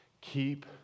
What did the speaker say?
Keep